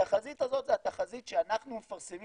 התחזית הזאת היא התחזית שאנחנו מפרסמים